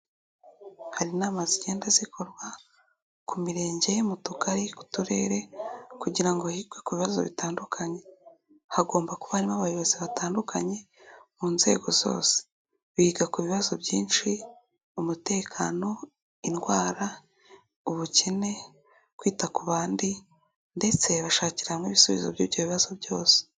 Hari inama zigenda zikorwa ku mirenge, mu tugari, ku turere, kugira ngo higwe ku bibazo bitandukanye. Hagomba kuba harimo abayobozi batandukanye mu nzego zose. Biga ku bibazo byinshi umutekano, indwara, ubukene, kwita ku bandi, ndetse bashakira hamwe ibisubizo by'ibyo bibazo byose.